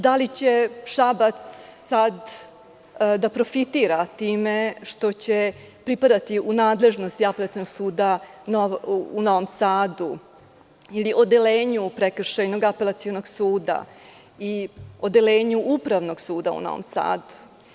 Da li će Šabac da profitira time što će pripadati u nadležnost apelacionog suda u Novom Sadu ili odeljenju Prekršajnog apelacionog suda i odeljenju Upravnog suda u Novom Sadu?